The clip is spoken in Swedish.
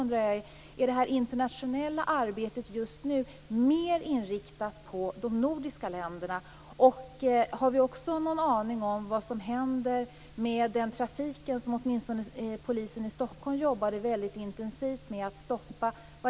Är det internationella arbetet just nu mer inriktat på de nordiska länderna, och har vi någon aning om vad som händer med prostitutionen från öst, som åtminstone polisen i Stockholm har jobbat väldigt intensivt för att stoppa?